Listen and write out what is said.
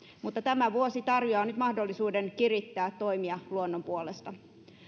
mutta tämä vuosi tarjoaa nyt mahdollisuuden kirittää toimia luonnon puolesta